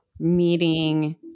meeting